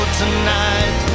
tonight